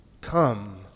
Come